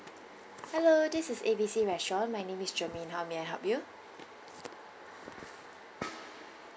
hello this is A B C restaurant my name is germaine how may I help you